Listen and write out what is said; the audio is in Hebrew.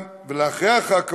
וגם אחרי החג,